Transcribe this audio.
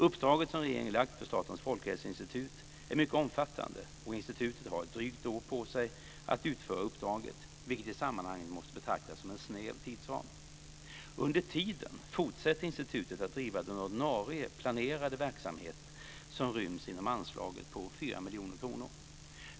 Uppdraget som regeringen lagt på Statens folkhälsoinstitut, FHI, är mycket omfattande och institutet har ett drygt år på sig att utföra uppdraget, vilket i sammanhanget måste betraktas som en snäv tidsram. Under tiden fortsätter institutet att driva den ordinarie planerade verksamhet som ryms inom anslaget på 4 miljoner kronor.